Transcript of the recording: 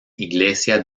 iglesia